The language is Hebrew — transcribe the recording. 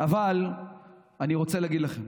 אבל אני רוצה להגיד לכם,